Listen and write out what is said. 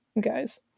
guys